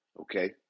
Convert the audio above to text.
Okay